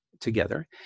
together